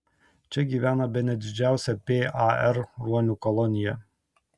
čia gyvena bene didžiausia par ruonių kolonija